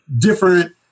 different